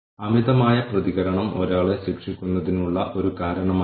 നമ്മൾ അവർക്ക് എത്ര പണം നൽകുന്നുവെന്ന് നമ്മൾ കണ്ടെത്തുന്നു